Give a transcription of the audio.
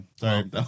Sorry